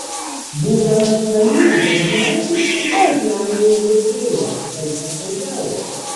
būdamas namie dažniausiai suriša ją į uodegėlę taip patogiau